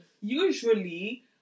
usually